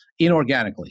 inorganically